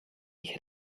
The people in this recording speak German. ich